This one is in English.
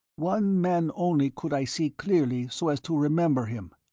one man only could i see clearly so as to remember him,